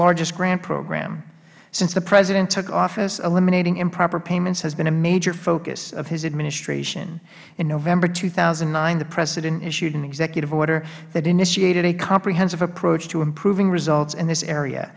largest grant program since the president took office eliminating improper payments has been a major focus of his administration in november two thousand and nine the president issued an executive order that initiated a comprehensive approach to improving results in this area